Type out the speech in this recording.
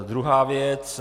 Druhá věc.